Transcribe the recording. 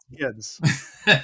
kids